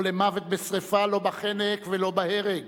לא למוות בשרפה, לא בחנק ולא בהרג,